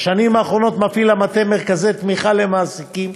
בשנים האחרונות המטה מפעיל מרכזי תמיכה למעסיקים